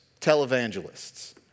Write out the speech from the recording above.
televangelists